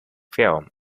film